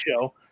show